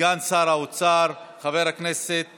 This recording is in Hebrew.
סגן שר האוצר חבר הכנסת